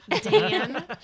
Dan